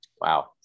Wow